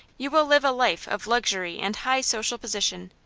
you will live a life of luxury and high social position.